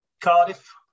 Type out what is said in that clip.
Cardiff